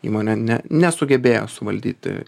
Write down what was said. įmonė ne nesugebėjo suvaldyti